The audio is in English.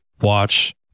watch